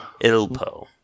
Ilpo